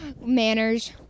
Manners